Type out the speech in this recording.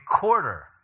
quarter